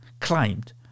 claimed